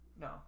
no